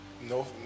no